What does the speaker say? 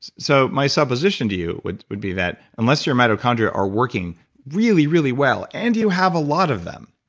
so my supposition to you would would be that unless your mitochondria are working really, really well, and you have a lot of them,